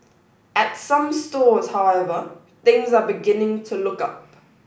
at some stores however things are beginning to look up